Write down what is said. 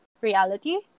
reality